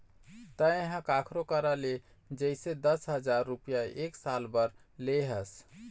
तेंहा कखरो करा ले जइसे दस हजार रुपइया एक साल बर ले हस